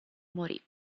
morì